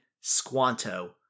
Squanto